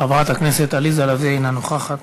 חברת הכנסת עליזה לביא, אינה נוכחת.